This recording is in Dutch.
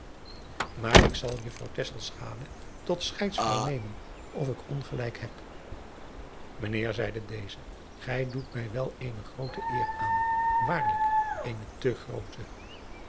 aar ik zal uffrouw tot scheidsvrouw nemen of ik ongelijk heb ijnheer zeide deze gij doet mij wel eene groote eer aan waarlijk eene te groote